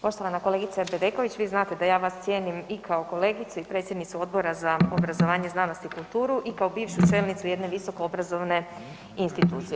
Poštovana kolegice Bedeković, vi znate da ja vas cijenim i kao kolegicu i predsjednicu Odbora za obrazovanje, znanost i kulturu i kao bivšu čelnicu jedne visoko obrazovne institucije.